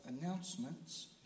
announcements